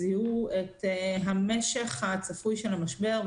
זיהו את המשך הצפוי של המשבר,